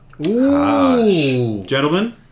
gentlemen